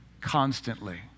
constantly